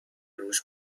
رووش